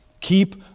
Keep